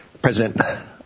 President